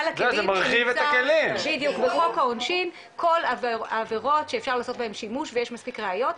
בחוק העונשין כל העבירות שאפשר לעשות בהן שימוש ויש מספיק ראיות,